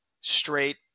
straight